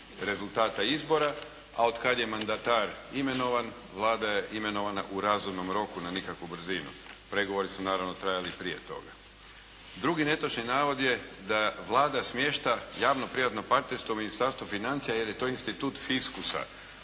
rezultata izbora, a od kad je mandatar imenovan Vlada je imenovana u razumnom roku na nikakvu brzinu. Pregovori su naravno trajali prije toga. Drugi netočni navod je da Vlada smješta javno privatno partnerstvo u Ministarstvo financija jer je to institut fiskusa,